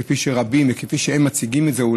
כפי שרבים מציגים את זה,